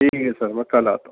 ٹھیک ہے سر میں کل آتا ہوں